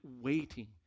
waiting